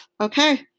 Okay